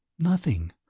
nothing.